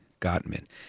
gottman